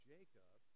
Jacob